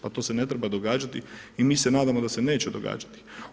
Pa to se ne treba događati mi se nadamo da se neće događati.